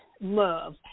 love